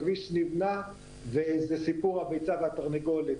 הכביש נבנה וזה סיפור הביצה והתרנגולת,